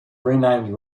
renamed